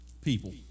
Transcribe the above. people